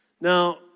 Now